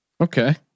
Okay